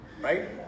Right